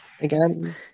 again